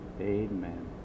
Amen